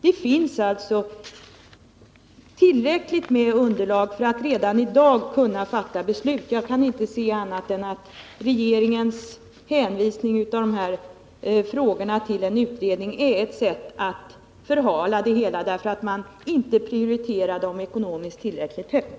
Det finns alltså tillräckligt underlag för att redan i dag kunna fatta beslut Jag kan inte se annat än att regeringens hänskjutande av dessa frågor till en utredning är ett sätt att förhala dem. Det beror på att man inte prioriterar frågorna tillräckligt högt.